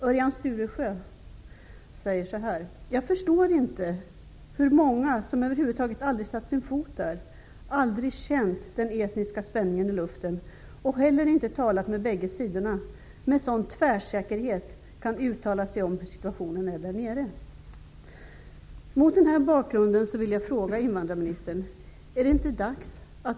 Örjan Sturesjö säger: ''Jag förstår inte hur många som över huvud taget aldrig satt sin fot där, aldrig känt den etniska spänningen i luften och heller inte talat med bägge sidorna, med sådan tvärsäkerhet kan uttala sig om hur situationen är där nere.''